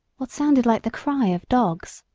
what sounded like the cry of dogs.